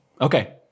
Okay